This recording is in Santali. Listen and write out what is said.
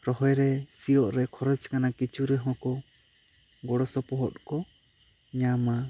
ᱨᱚᱦᱚᱭ ᱨᱮ ᱥᱤᱭᱚᱜ ᱨᱮ ᱠᱷᱚᱨᱚᱪ ᱟᱠᱟᱱᱟ ᱠᱤᱪᱷᱩ ᱨᱮᱦᱚᱸ ᱠᱚ ᱜᱚᱲᱚ ᱥᱚᱯᱚᱦᱚᱫᱽ ᱠᱚ ᱧᱟᱢᱟ